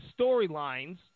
storylines